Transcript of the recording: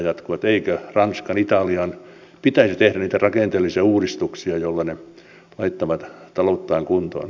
että eikö ranskan ja italian pitäisi tehdä niitä rakenteellisia uudistuksia joilla ne laittavat talouttaan kuntoon